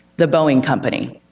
the boeing company.